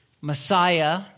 Messiah